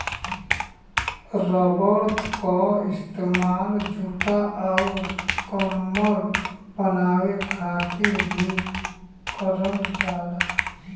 rubber क इस्तेमाल जूता आउर कम्बल बनाये खातिर भी करल जाला